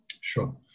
Sure